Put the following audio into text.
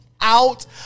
Out